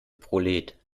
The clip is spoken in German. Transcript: prolet